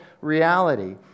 reality